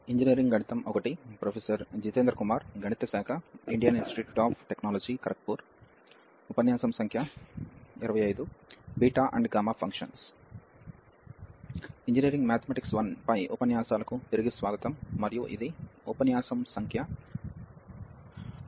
engineering mathematics 1 పై ఉపన్యాసాలకు తిరిగి స్వాగతం మరియు ఇది ఉపన్యాసం సంఖ్య 25